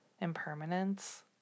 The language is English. impermanence